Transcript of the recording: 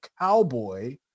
cowboy